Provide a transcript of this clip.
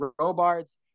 Robards